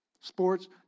Sports